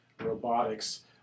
robotics